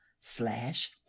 slash